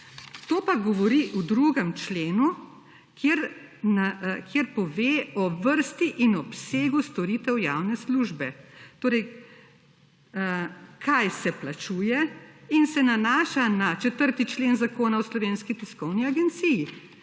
To pa govori v 2. členu, kjer pove o vrsti in obsegu storitev javne službe. Torej, kaj se plačuje in se nanaša na 4. člen Zakona o Slovenski tiskovni agenciji